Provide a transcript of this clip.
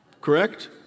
correct